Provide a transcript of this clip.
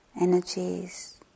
energies